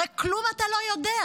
הרי כלום אתה לא יודע.